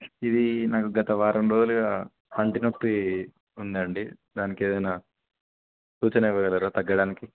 ఇది నాకు గత వారం రోజులుగా పంటి నొప్పి ఉందండి దానికి ఏదైనా సూచనలు ఇవ్వగలరా తగ్గడానికి